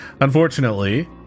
unfortunately